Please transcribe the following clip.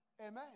amen